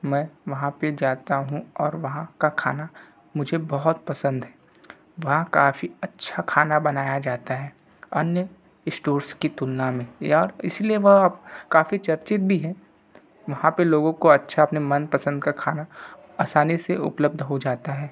मैं वहाँ पर जाता हूँ और वहाँ का खाना मुझे बहुत पसंद है वहाँ काफ़ी अच्छा खाना बनाया जाता है अन्य स्टोर्स की तुलना में या इसलिए वह काफ़ी चर्चित भी है वहाँ पर लोगों को अच्छा अपने मन पसंद का खाना आसानी से उपलब्ध हो जाता है